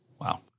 Wow